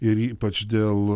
ir ypač dėl